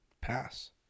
Pass